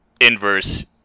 inverse